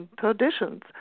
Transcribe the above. traditions